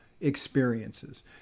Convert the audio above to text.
experiences